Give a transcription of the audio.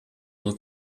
will